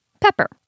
pepper